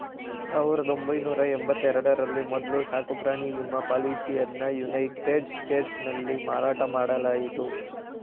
ಸಾವಿರದ ಒಂಬೈನೂರ ಎಂಬತ್ತ ಎರಡ ರಲ್ಲಿ ಮೊದ್ಲ ಸಾಕುಪ್ರಾಣಿ ವಿಮಾ ಪಾಲಿಸಿಯನ್ನಯುನೈಟೆಡ್ ಸ್ಟೇಟ್ಸ್ನಲ್ಲಿ ಮಾರಾಟ ಮಾಡಲಾಯಿತು